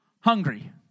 hungry